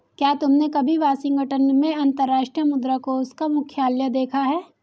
क्या तुमने कभी वाशिंगटन में अंतर्राष्ट्रीय मुद्रा कोष का मुख्यालय देखा है?